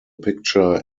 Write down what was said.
picture